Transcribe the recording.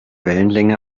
wellenlänge